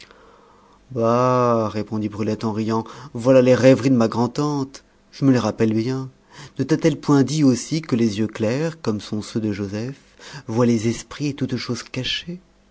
bah répondit brulette en riant voilà les rêveries de ma grand'tante je me les rappelle bien ne t'a-t-elle point dit aussi que les yeux clairs comme sont ceux de joseph voient les esprits et toutes choses cachées